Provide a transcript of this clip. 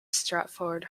stratford